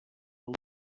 del